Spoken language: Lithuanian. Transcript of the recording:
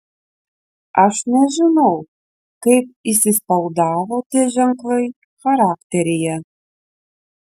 aš nežinau kaip įsispausdavo tie ženklai charakteryje